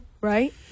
Right